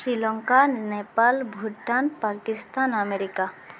Sri Lanka Nepal Bhutan Pakistan America